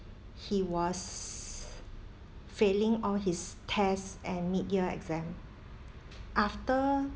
he was failing all his tests and mid-year exam after